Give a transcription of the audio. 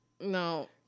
No